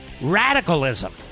radicalism